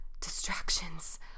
distractions